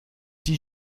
die